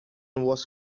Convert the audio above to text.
was